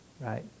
right